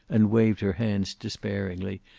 and waved her hands despairingly.